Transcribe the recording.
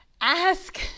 Ask